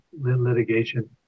litigation